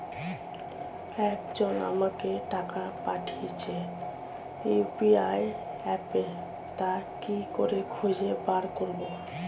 একজন আমাকে টাকা পাঠিয়েছে ইউ.পি.আই অ্যাপে তা কি করে খুঁজে বার করব?